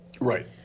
Right